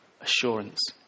Assurance